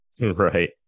right